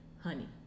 Honey